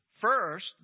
First